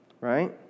right